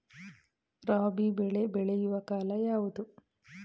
ರಾಬಿ ಬೆಳೆ ಬೆಳೆಯುವ ಕಾಲ ಯಾವುದು?